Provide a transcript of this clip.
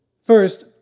First